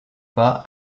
pas